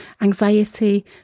anxiety